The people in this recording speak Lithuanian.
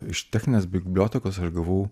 iš techninės bibliotekos aš gavau